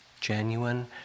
genuine